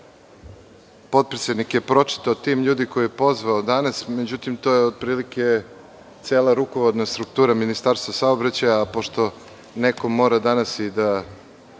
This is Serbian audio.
potpredsednik je pročitao tim ljudi koje je pozvao danas, međutim to je otprilike cela rukovodna struktura Ministarstva saobraćaja. Pošto neko mora danas i da